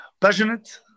passionate